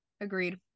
Agreed